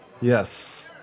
Yes